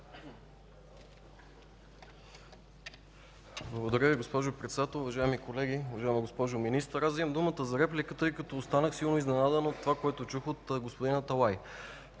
Благодаря Ви, госпожо Председател. Уважаеми колеги, уважаема госпожо Министър! Аз взимам думата за реплика, тъй като останах силно изненадан от това, което чух от господин Аталай.